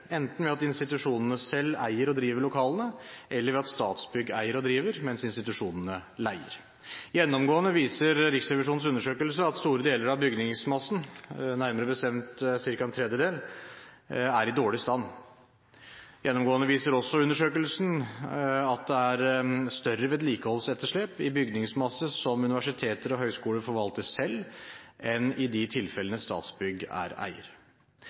enten ved at institusjonene selv eier og driver lokalene, eller ved at Statsbygg eier og driver, mens institusjonene leier. Gjennomgående viser Riksrevisjonens undersøkelse at store deler av bygningsmassen, nærmere bestemt ca. en tredjedel, er i dårlig stand. Gjennomgående viser også undersøkelsen at det er større vedlikeholdsetterslep i bygningsmasse som universiteter og høyskoler forvalter selv, enn i de tilfellene Statsbygg er eier.